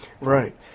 Right